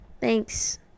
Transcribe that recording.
Thanks